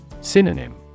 Synonym